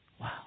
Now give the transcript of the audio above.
Wow